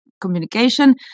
communication